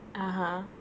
(uh huh)